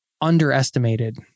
underestimated